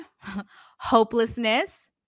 hopelessness